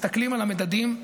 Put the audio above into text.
מסתכלים על המדדים,